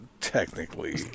technically